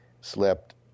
slept